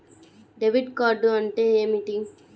Debit card అంటే ఏమిటి?